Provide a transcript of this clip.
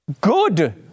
Good